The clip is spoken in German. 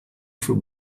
für